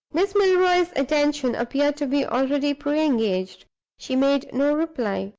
miss milroy's attention appeared to be already pre-engaged she made no reply.